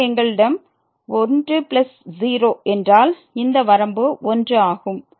எனவே எங்களிடம் 10 என்றால் இந்த வரம்பு 1 ஆகும்